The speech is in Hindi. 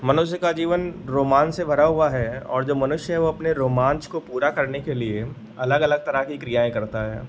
मनुस्य का जीवन रोमान्च से भरा हुआ है और जो मनुष्य है वह अपने रोमान्च को पूरा करने के लिए अलग अलग तरह की क्रियाएँ करता है